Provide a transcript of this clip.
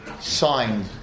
signed